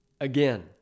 again